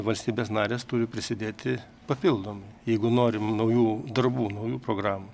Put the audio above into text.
valstybės narės turi prisidėti papildomai jeigu norim naujų darbų naujų programų